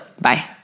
Bye